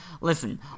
Listen